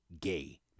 gay